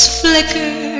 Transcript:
flicker